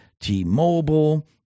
T-Mobile